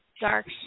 Dark